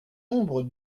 nombre